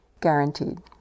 guaranteed